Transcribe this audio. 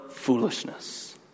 foolishness